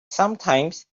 sometimes